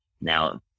Now